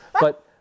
but-